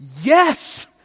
yes